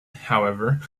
however